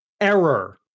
Error